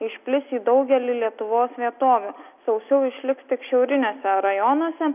išplis į daugelį lietuvos vietovių sausiau išliks tik šiauriniuose rajonuose